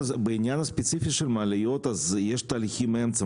בעניין הספציפי של המעליות אז יש תהליכי אמצע,